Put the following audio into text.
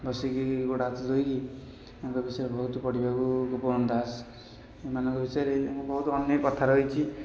ବସିକରି ଗୋଡ଼ହାତ ଧୋଇକି ତାଙ୍କ ବିଷୟରେ ବହୁତ ପଢ଼ିବାକୁ ଗୋପବନ୍ଧୁ ଦାସ ସେମାନଙ୍କ ବିଷୟରେ ବହୁତ ଅନେକ କଥା ରହିଛି